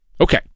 Okay